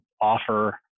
offer